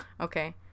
Okay